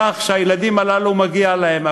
כך שהילדים הללו, מגיע להם.